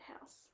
house